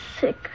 sick